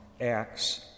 Acts